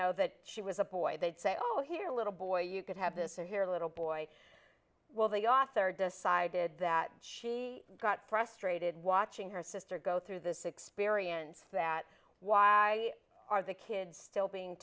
know that she was a boy they'd say oh here little boy you could have this in here little boy well the author decided that she got frustrated watching her sister go through this experience that while i are the kids still being